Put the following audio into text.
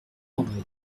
andré